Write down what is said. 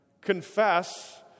confess